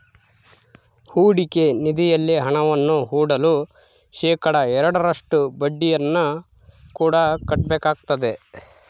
ಹೂಡಿಕೆ ನಿಧಿಯಲ್ಲಿ ಹಣವನ್ನು ಹೂಡಲು ಶೇಖಡಾ ಎರಡರಷ್ಟು ಬಡ್ಡಿಯನ್ನು ಕೂಡ ಕಟ್ಟಬೇಕಾಗುತ್ತದೆ